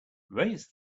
raise